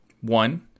One